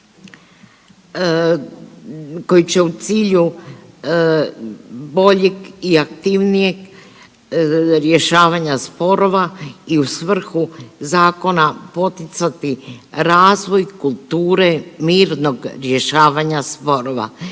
koji će u cilju boljeg i aktivnijeg rješavanja sporova i u svrhu zakona poticati razvoj kulture mirnog rješavanja sporova.